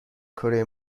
کره